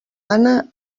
anna